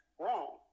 wrong